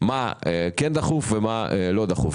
מה כן דחוף ומה לא דחוף.